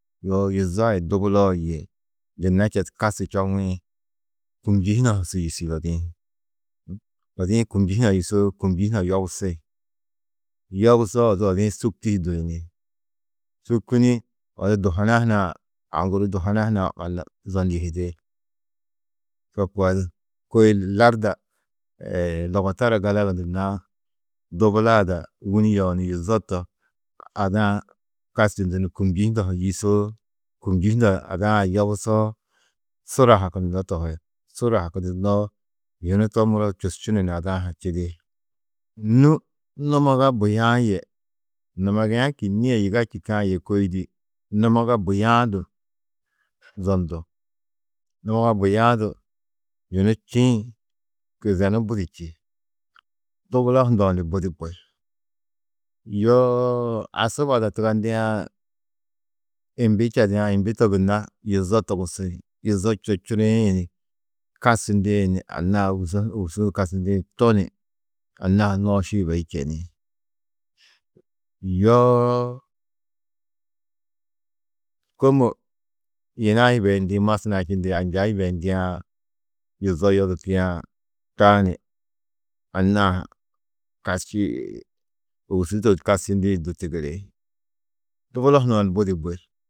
Yoo yuzo ai dubuloo yê gunna četu kasči čoŋĩ, kûmnji hunã su yîsi odi-ĩ. Odi-ĩ kûmnji hunã yîsoo kûmnji hunã yobusi. Yobusoo odu odi-ĩ sûkti hi duyini. Sûkini odu duhona hunã aũ guru duhona hunã walla zonyihidi, to koo di. Kôi larda logotara gala yugundunnãá, dubula ada wûni yeũ ni yuzo to ada-ã kasčindu ni kûmnji hundã ha yîsoo, kûmnji hundã ada-ã yobusoo sura hakundunnó tohi. Sura hakundunnoó yunu to muro čusčunu ada-ã ha čidi. Nû numaga buya-ã yê numagiã kînnie yiga čîkã yê kôi di, numaga buya-ã du zondu. Numaga buya-ã du yunu čîĩ kizenu budi čî. Dubulo hundã ni budi bui. Yoo asuba ada tugandiã mbi čadiã mbi to gunna yuzo togusi. Yuzo čuriĩ ni kasčindĩ ni anna-ã ôwuso ôwuso kasčindĩ to ni anna-ã ha nooši yibeyi čeni. Yoo kômo yina yibeyindi masnaa čindi anja yibeyindiã, yuzo yodurkiã taa ni anna-ã ha kasči ôwusu to kasčindĩ du tigiri, Dubulo hunã ni budi bui.